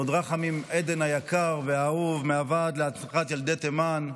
דוד רחמים עדן היקר והאהוב מהוועד להנצחת ילדי תימן,